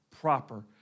proper